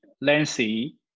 LANCY